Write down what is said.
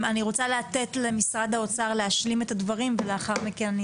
אני רוצה לתת למשרד האוצר להשלים את הדברים ולאחר מכן אני